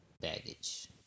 baggage